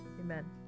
Amen